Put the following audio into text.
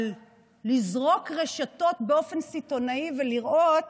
של לזרוק רשתות באופן סיטונאי ולראות